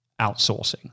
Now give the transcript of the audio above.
outsourcing